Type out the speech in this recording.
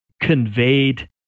conveyed